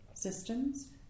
Systems